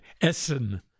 Essen